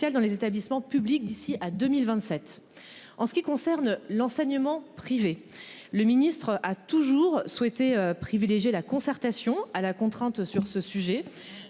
dans les établissements publics d'ici à 2027. En ce qui concerne l'enseignement privé. Le ministre a toujours souhaité privilégier la concertation à la contrainte sur ce sujet.